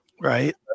Right